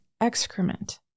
excrement